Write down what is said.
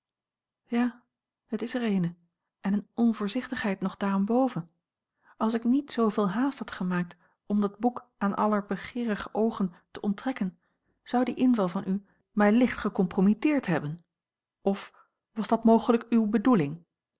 ja het is er eene en eene onvoorzichtigheid nog daarenboven als ik niet zooveel haast had gemaakt om dat boek aan aller begeerige oogen te onttrekken zou die inval van u mij licht gecompromitteerd hebben of was dat mogelijk uwe bedoeling